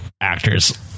actors